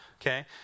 Okay